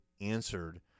answered